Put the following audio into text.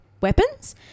weapons